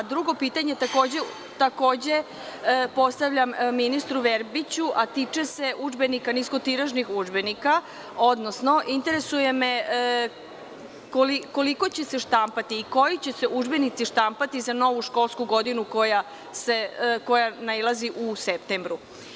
Drugo pitanje postavljam ministru Verbiću, a tiče se udžbenika niskotiražnih, odnosno interesuje me – koliko će se štampati i koji se udžbenici štampati za novu školsku godinu koja nailazi u septembru?